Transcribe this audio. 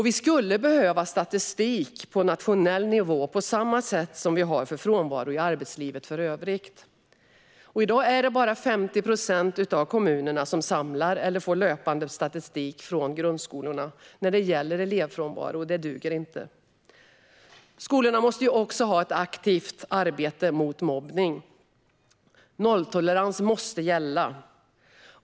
Vi skulle behöva statistik om detta på nationell nivå, så som vi har för frånvaro i arbetslivet i övrigt. I dag är det bara 50 procent av kommunerna som samlar eller får löpande statistik från grundskolorna när det gäller elevfrånvaro. Det duger inte. Skolorna måste också ha ett aktivt arbete mot mobbning. Nolltolerans måste gälla.